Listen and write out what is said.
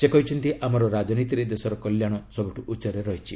ସେ କହିଛନ୍ତି ଆମର ରାଜନୀତିରେ ଦେଶର କଲ୍ୟାଣ ସବୁଠୁ ଉଚ୍ଚରେ ରହିଛି